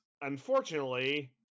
unfortunately